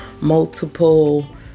multiple